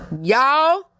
y'all